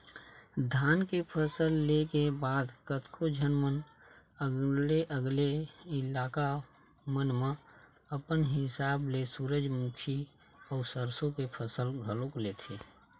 धान के फसल ले के बाद कतको झन मन अलगे अलगे इलाका मन म अपन हिसाब ले सूरजमुखी अउ सरसो के फसल घलोक लेथे